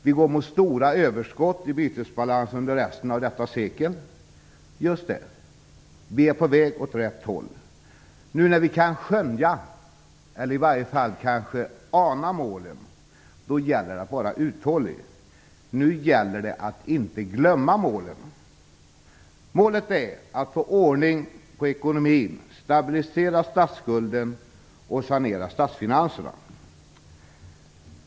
Vi går mot stora överskott i bytesbalansen under resten av detta sekel. Just det - vi är på väg åt rätt håll. Nu när vi kan skönja, eller i varje fall kanske ana målet, gäller det att vara uthållig. Nu gäller det att inte glömma målet. Målet är att få ordning på ekonomin, stabilisera statsskulden och sanera statsfinanserna.